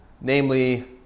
Namely